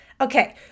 okay